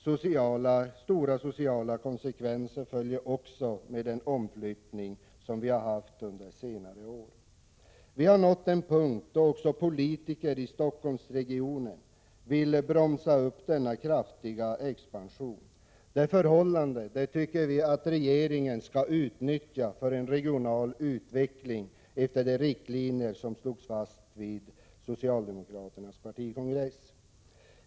Stora sociala konsekvenser följer också på den omflyttning som vi har haft under senare år. Vi har nått den punkt då också politiker i Stockholmsregionen vill bromsa upp den kraftiga expansionen. Det förhållandet tycker vi att regeringen skall utnyttja för en regional utveckling efter de riktlinjer som slogs fast vid socialdemokraternas partikongress.